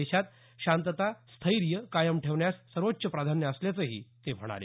देशात शांतता स्थैर्य कायम ठेवण्यास सर्वोच्च प्राधान्य असल्याचंही ते म्हणाले